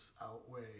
outweigh